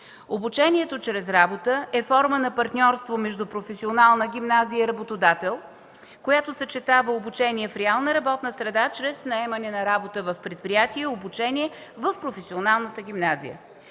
Обучението чрез работа е форма на партньорство между професионална гимназия и работодател, която съчетава обучение в реална работна среда чрез наемане на работа в предприятие и обучение в професионалната гимназия.